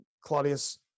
Claudius